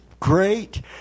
Great